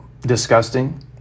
disgusting